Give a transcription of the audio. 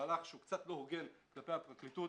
מהלך שהוא קצת לא הוגן כלפי הפרקליטות,